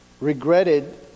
regretted